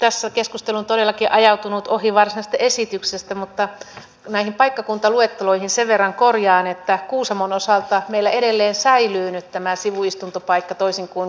tässä keskustelu on todellakin ajautunut ohi varsinaisesta esityksestä mutta näitä paikkakuntaluetteloita sen verran korjaan että kuusamon osalta meillä edelleen säilyy nyt tämä sivuistuntopaikka toisin kuin kuulimme